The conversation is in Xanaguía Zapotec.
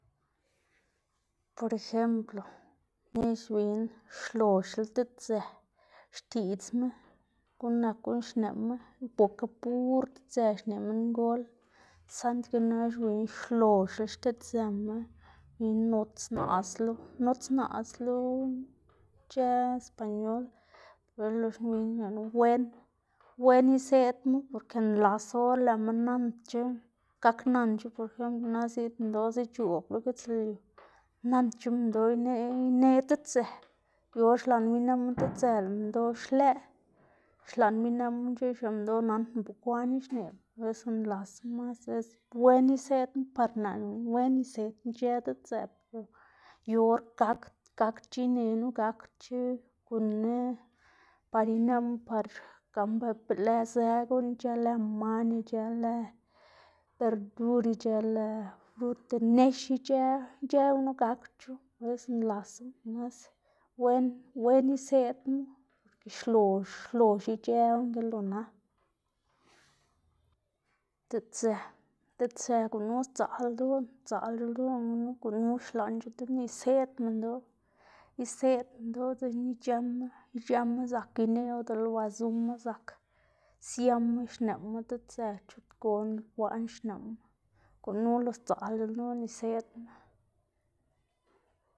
por ejemplo y xwiyná xloxla diꞌtsë, xtiꞌdzma guꞌn nak guꞌn xneꞌma, bokga pur diꞌtsë xneꞌ minngol saꞌndge naꞌ xwiyná uloxla xtiꞌdzëma y nots naꞌslo nots naꞌslo ic̲h̲ë español, lo loxna xwiyná lëꞌkga wen wen iseꞌdmu porke nlasu or lëꞌma nandc̲h̲o, gaknanc̲h̲o por ejemplo na ziꞌd minndoꞌ zic̲h̲oꞌb lo gitsluyu nandcha minndoꞌ ineꞌ ineꞌ diꞌtsë, yu or xlaꞌnma ineꞌma ditsë lëꞌ minndoꞌ xlëꞌ xlaꞌnma ineꞌmu xneꞌ minndoꞌ nandná bekwaꞌn i xneꞌlá, por eso nlasu pues wen iseꞌdmu par lëꞌnu wen isedná ic̲h̲ë diꞌtsë yu or gak- gakdc̲h̲a inenu gakdc̲h̲a gunn- ná par ineꞌmu par gan bapa lëzë guꞌn ic̲h̲ë lë man, ic̲h̲ë lë berdur, ic̲h̲ë lë fruta nex ic̲h̲ë ic̲h̲ë gunu gakdc̲h̲o, por eso nlasu, wen wen iseꞌdmu xlox xlox ic̲h̲ë guꞌn ki lo na, diꞌtsë diꞌtsë gunu sdzaꞌl ldoꞌná sdzaꞌlc̲h̲a ldoꞌná gunu, gunu xlaꞌnc̲h̲adaná iseꞌd minndoꞌ, iseꞌd minndoꞌ dzekna ic̲h̲ëma ic̲h̲ëma zak ineꞌwu dele ba zuma zak siama xneꞌma diꞌtsë chut gonda bekwaꞌn xneꞌma, gunu lo sdzaꞌlc̲h̲a ldoꞌná iseꞌdma.